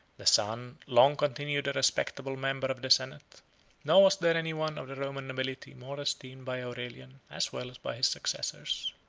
the son long continued a respectable member of the senate nor was there any one of the roman nobility more esteemed by aurelian, as well as by his successors.